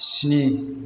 सिनि